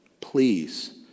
Please